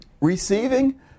receiving